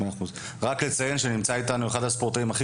רק לציין שנמצא איתנו אחד הספורטאים הכי